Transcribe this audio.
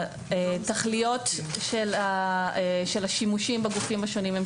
התכליות של השימושים בגופים השונים הן